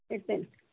ಇಡ್ತೇನೆ